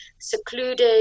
secluded